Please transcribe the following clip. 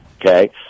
okay